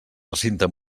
recinte